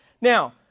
Now